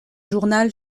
journal